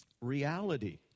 reality